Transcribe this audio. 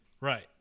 Right